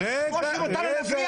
שנייה, רגע, אתה רוצה לדבר?